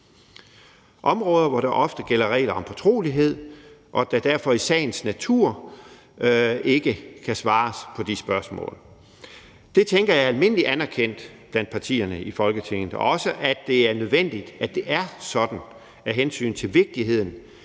områder, hvor der ofte gælder regler om fortrolighed, og det er spørgsmål, der derfor i sagens natur ikke kan svares på. Det tænker jeg er almindelig anerkendt blandt partierne i Folketinget, ligesom det er anerkendt, at det er nødvendigt, at det er sådan af hensyn af vigtigheden